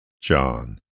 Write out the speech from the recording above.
John